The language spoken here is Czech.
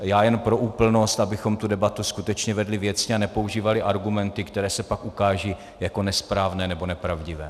Já jen pro úplnost, abychom tu debatu skutečně vedli věcně a nepoužívali argumenty, které se pak ukážou jako nesprávné nebo nepravdivé.